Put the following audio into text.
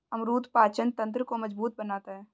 अमरूद पाचन तंत्र को मजबूत बनाता है